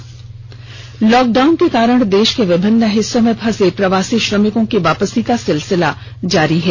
मजदूर airlift lockdown के कारण देष के विभिन्न हिस्सों में फंसे प्रवासी श्रमिकों की वापसी का सिलसिला जारी है